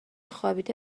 خوابیده